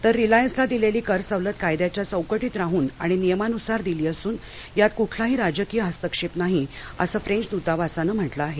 तर रिलायंसला दिलेली कर सवलत कायद्याच्या चौकटीत राहून आणि नियमानुसार दिली असून यात कुठलाही राजकीय हस्तक्षेप नाही असं फ्रेंच दूतावासानं म्हटलं आहे